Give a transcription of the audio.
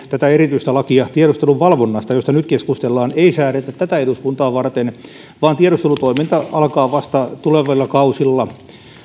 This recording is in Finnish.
tätä erityistä lakia tiedustelun valvonnasta josta nyt keskustellaan ei säädetä tätä eduskuntaa varten vaan tiedustelutoiminta alkaa vasta tulevilla kausilla